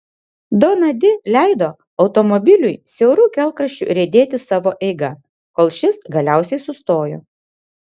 dona di leido automobiliui siauru kelkraščiu riedėti savo eiga kol šis galiausiai sustojo